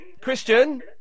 Christian